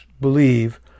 believe